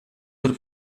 per